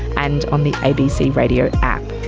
and on the abc radio app.